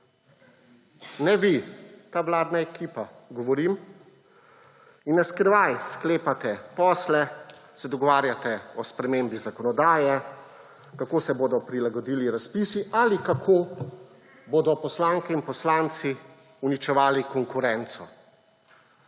ne vi, ta vladna ekipa govorim ‒ in na skrivaj sklepate posle, se dogovarjate o spremembi zakonodaje, kako se bodo prilagodili razpisi ali kako bodo poslanke in poslanci uničevali konkurenco.